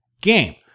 game